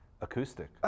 acoustic